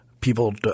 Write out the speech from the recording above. People –